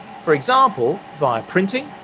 for example, via printing,